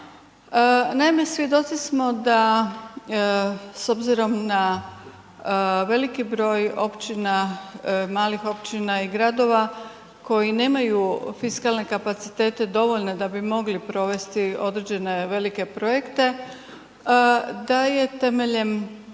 Naime, svjedoci smo da s obzirom na veliki broj općina, malih općina i gradova koji nemaju fiskalne kapacitete dovoljne da bi mogli provesti određene velike projekte, da je temeljem